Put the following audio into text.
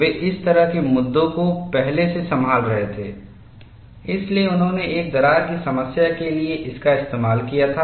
वे इस तरह के मुद्दों को पहले से संभाल रहे थे इसलिए उन्होंने एक दरार की समस्या के लिए इसका इस्तेमाल किया था